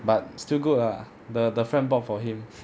but still good lah the the friend bought for him